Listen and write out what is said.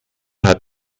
hat